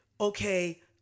Okay